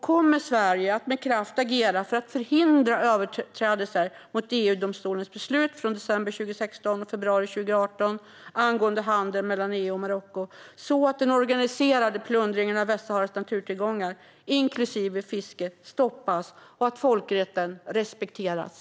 Kommer Sverige att med kraft agera för att förhindra överträdelser mot EU-domstolens beslut från december 2016 och februari 2018 angående handel mellan EU och Marocko så att den organiserade plundringen av Västsaharas naturtillgångar, inklusive fisket, stoppas och att folkrätten respekteras?